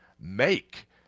make